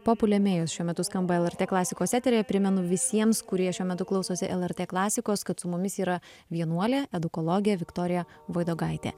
papulemėjus šiuo metu skamba lrt klasikos eteryje primenu visiems kurie šiuo metu klausosi lrt klasikos kad su mumis yra vienuolė edukologė viktorija voidogaitė